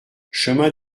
chemin